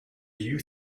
you